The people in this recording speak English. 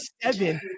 seven